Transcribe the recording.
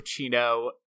Pacino